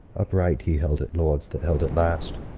upright he held it, lords, that held it last.